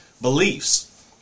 beliefs